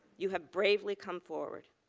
you have bravely come forward.